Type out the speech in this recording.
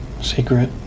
Secret